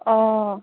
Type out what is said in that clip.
অঁ